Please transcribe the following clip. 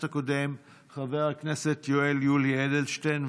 הקודם חבר הכנסת יואל יולי אדלשטיין,